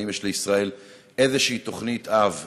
האם יש לישראל איזושהי תוכנית אב,